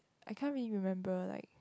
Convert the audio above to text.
I can't really remember like